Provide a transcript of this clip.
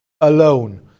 alone